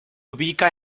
ubica